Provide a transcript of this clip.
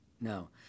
No